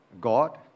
God